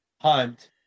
hunt